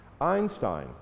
Einstein